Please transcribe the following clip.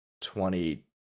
twenty